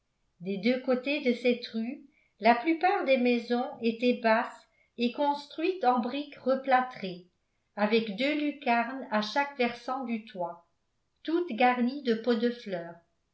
des deux côtés de cette rue la plupart des maisons étaient basses et construites en brique replâtrée avec deux lucarnes à chaque versant du toit toutes garnies de pots de fleurs